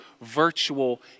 virtual